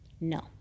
No